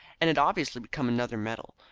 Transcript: and had obviously become another metal.